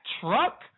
truck